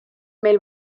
meil